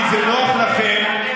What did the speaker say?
כי זה נוח לכם,